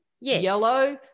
yellow